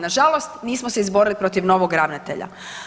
Na žalost nismo se izborili protiv novog ravnatelja.